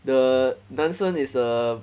the 男生 is a